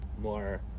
more